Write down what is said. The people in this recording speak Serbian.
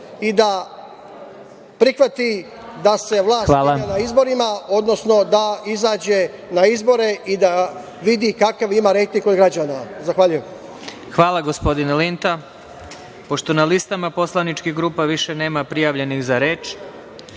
i da prihvati da se vlast menja na izborima, odnosno da izađe na izbore i da vidi kakav ima rejting kod građana. Zahvaljujem. **Veroljub Arsić** Hvala, gospodine Linta. Pošto na listama poslaničkih grupa više nema prijavljenih za reč,